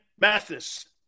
Mathis